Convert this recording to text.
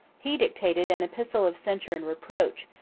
he dictated an epistle of censure and reproach,